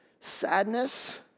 Sadness